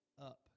up